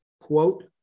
quote